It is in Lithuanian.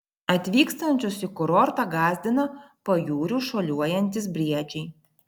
atvykstančius į kurortą gąsdina pajūriu šuoliuojantys briedžiai